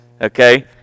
okay